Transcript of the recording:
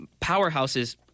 powerhouses –